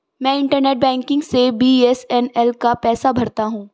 मैं internet banking से BSNL का पैसा भरता हूं